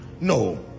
no